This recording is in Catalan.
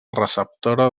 receptora